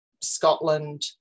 Scotland